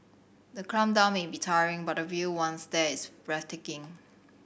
the climb down may be tiring but the view once there is breathtaking